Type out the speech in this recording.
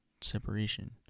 separation